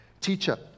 teacher